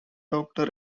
doctor